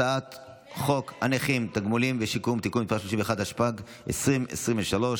הצעת חוק הנכים (תגמולים ושיקום) (תיקון מס' 31),